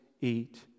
eat